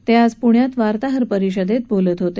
ते आज प्ण्यात वार्ताहर परिषदेत बोलत होते